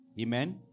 Amen